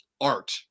art